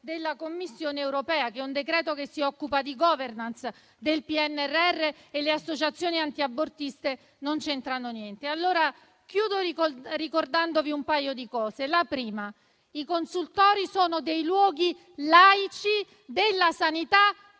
della Commissione europea che il provvedimento si occupa di *governance* del PNRR e le associazioni antiabortiste non c'entrano niente. Chiudo ricordandovi un paio di cose. In primo luogo, i consultori sono luoghi laici della sanità